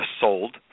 Sold